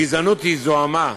גזענות היא זוהמה.